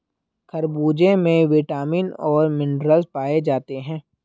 खरबूजे में विटामिन और मिनरल्स पाए जाते हैं